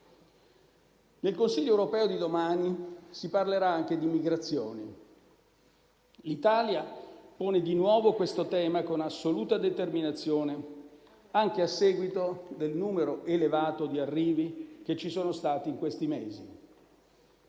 Nel Consiglio europeo di domani si parlerà anche di migrazioni. L'Italia pone di nuovo questo tema con assoluta determinazione, anche a seguito del numero elevato di arrivi che ci sono stati in questi mesi.